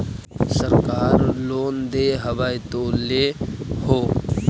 सरकार लोन दे हबै तो ले हो?